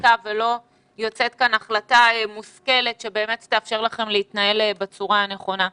חקיקה ולא יוצאת כאן החלטה מושכלת שבאמת תאפשר לכם להתנהל בצורה הנכונה.